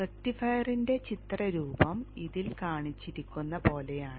റക്റ്റിഫയറിന്റെ ചിത്രരൂപം ഇതിൽ കാണിച്ചിരിക്കുന്ന പോലെയാണ്